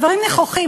דברים נכוחים,